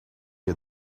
had